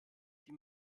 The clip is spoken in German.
die